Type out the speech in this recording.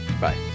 Bye